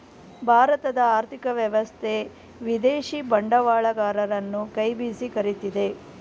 ಭಾರತದ ಆರ್ಥಿಕ ವ್ಯವಸ್ಥೆ ವಿದೇಶಿ ಬಂಡವಾಳಗರರನ್ನು ಕೈ ಬೀಸಿ ಕರಿತಿದೆ